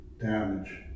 damage